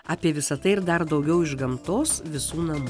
apie visa tai ir dar daugiau iš gamtos visų namų